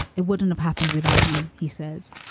it wouldn't have happened without you, he says.